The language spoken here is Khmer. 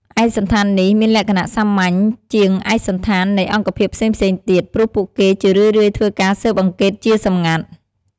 ឯកសណ្ឋាននេះមានលក្ខណៈសាមញ្ញជាងឯកសណ្ឋាននៃអង្គភាពផ្សេងៗទៀត ព្រោះពួកគេជារឿយៗធ្វើការស៊ើបអង្កេតជាសម្ងាត់។